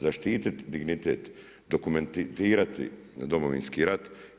Zaštititi dignitet, dokumentirati Domovinski rat.